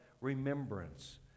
remembrance